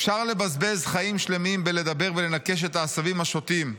אפשר לבזבז חיים שלמים בלדבר ובלנכש את העשבים השוטים.